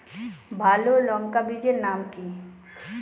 ভালো লঙ্কা বীজের নাম কি?